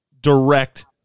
direct